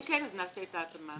אם כן, נעשה את ההתאמה.